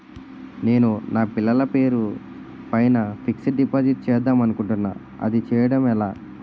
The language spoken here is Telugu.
నేను నా పిల్లల పేరు పైన ఫిక్సడ్ డిపాజిట్ చేద్దాం అనుకుంటున్నా అది చేయడం ఎలా?